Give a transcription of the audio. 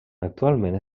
actualment